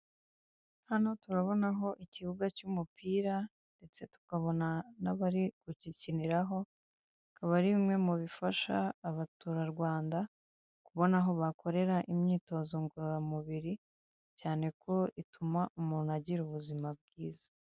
Hano turabonaho ikibuga cy'umupira ndetse tukabona n'abari kugikiniraho akaba ari mu bifasha abaturarwanda kubona aho bakorera imyitozo ngororamubiri cyane ko bituma umuntu agira ubuzima bwiza.